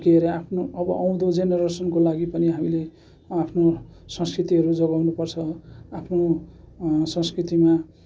के रे आफ्नो अब आउँदो जेनेरेसनको लागि पनि हामीले आफ्नो संस्कृतिहरू जोगाउनु पर्छ आफ्नो संस्कृतिमा